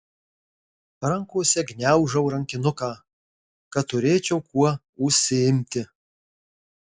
rankose gniaužau rankinuką kad turėčiau kuo užsiimti